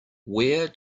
where